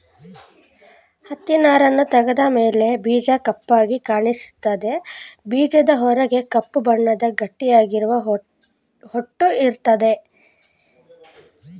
ಹತ್ತಿನಾರನ್ನು ತೆಗೆದ ಮೇಲೆ ಬೀಜ ಕಪ್ಪಾಗಿ ಕಾಣಿಸ್ತದೆ ಬೀಜದ ಹೊರಗೆ ಕಪ್ಪು ಬಣ್ಣದ ಗಟ್ಟಿಯಾಗಿರುವ ಹೊಟ್ಟು ಇರ್ತದೆ